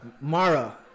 Mara